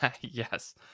yes